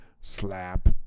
Slap